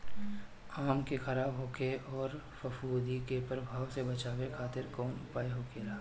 आम के खराब होखे अउर फफूद के प्रभाव से बचावे खातिर कउन उपाय होखेला?